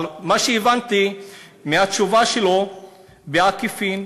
אבל מה שהבנתי מהתשובה שלו בעקיפין,